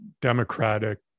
democratic